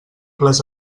les